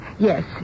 Yes